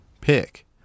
pick